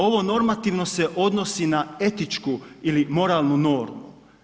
Ovo normativno se odnosi na etičku ili moralnu normu.